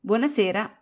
Buonasera